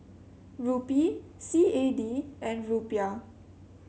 Rupee C A D and Rupiah